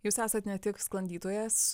jūs esat ne tik sklandytojas